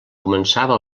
començava